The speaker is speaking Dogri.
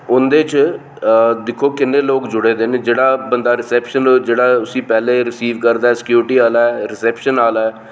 उं'दे च दिक्खो किन्ने लोक जुड़े दे न जेह्ड़ा बंदा रिस्पेशन पर पैहलें रीसीव करदा ऐ सिकयोरिटी आहला ऐ रिसपेशन आहला ऐ